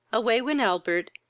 away went albert,